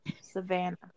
Savannah